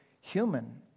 human